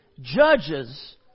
judges